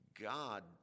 God